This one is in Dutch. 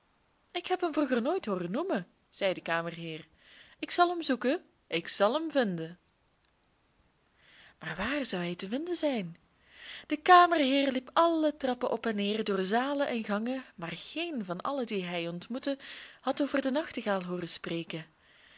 ik heb hem vroeger nooit hooren noemen zei de kamerheer ik zal hem zoeken ik zal hem vinden maar waar zou hij te vinden zijn de kamerheer liep alle trappen op en neer door zalen en gangen maar geen van allen die hij ontmoette had over den nachtegaal hooren spreken